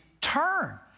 turn